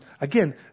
again